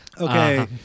Okay